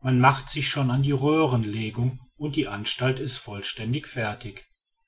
man macht sich schon an die röhrenlegung und die anstalt ist vollständig fertig